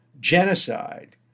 genocide